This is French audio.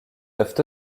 peuvent